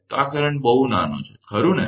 તો આ કરંટ બહુ નાનો છે ખરુ ને